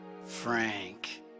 Frank